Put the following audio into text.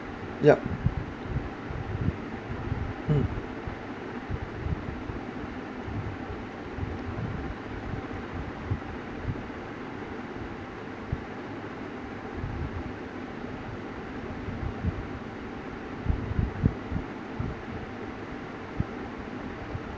yup mm